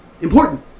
important